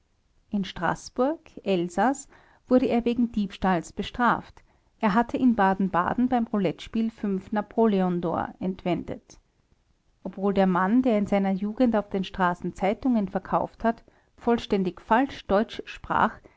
in straßburg elsaß wurde er wegen diebstahls bestraft er hatte in baden-baden beim roulettespiel fünf napoleondor entwendet obwohl der mann der in seiner jugend auf den straßen zeitungen verkauft hat vollständig falsch deutsch sprach